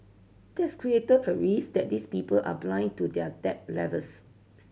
that's created a risk that these people are blind to their debt levels